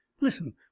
Listen